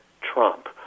Trump